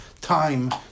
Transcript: time